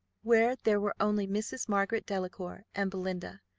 where there were only mrs. margaret delacour and belinda,